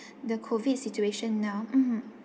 the COVID situation now mmhmm